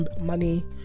money